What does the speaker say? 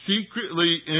secretly